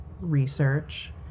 research